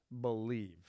believe